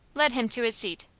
led him to his seat.